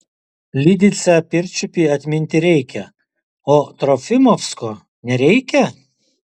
lidicę pirčiupį atminti reikia o trofimovsko nereikia